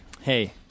Hey